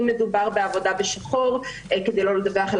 אם מדובר בעבודה בשחור כדי לא לדווח על